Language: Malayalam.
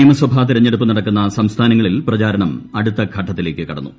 നിയമസഭാതെരഞ്ഞെടുപ്പ് നൃടക്കുന്ന സംസ്ഥാനങ്ങളിൽ പ്രചാരണം അടുത്ത ഘട്ടത്തിലേക്ക് കടന്നു